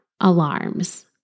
alarms